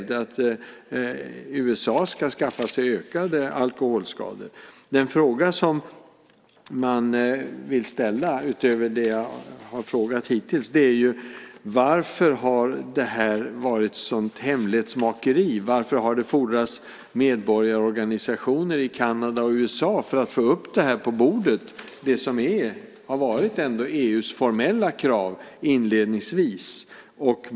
Den fråga som man vill ställa, utöver det jag har frågat hittills, är: Varför har det varit ett sådant hemlighetsmakeri? Varför har det fordrats medborgarorganisationer i Kanada och USA för att få upp det här på bordet? Det har ju ändå inledningsvis varit EU:s formella krav.